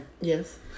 Yes